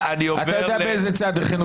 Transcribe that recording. לכן אני לא יודע איזה צבא אתה מכיר שמתפורר.